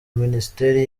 minisiteri